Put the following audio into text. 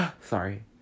Sorry